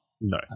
No